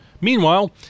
Meanwhile